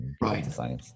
Right